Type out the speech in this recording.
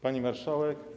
Pani Marszałek!